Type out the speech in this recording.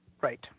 Right